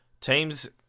team's